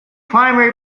primary